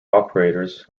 operators